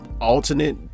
alternate